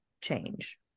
change